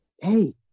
hey